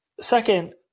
Second